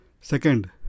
Second